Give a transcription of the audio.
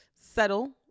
settle